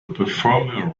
performer